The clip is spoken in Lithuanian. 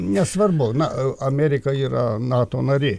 nesvarbu na amerika yra nato narė